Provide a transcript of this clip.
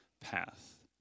path